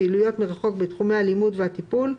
פעילויות מרחוק בתחומי הלימוד והטיפול,